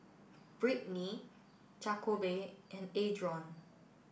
Britni Jakobe and Adron